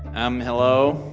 am hello,